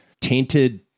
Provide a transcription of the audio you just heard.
tainted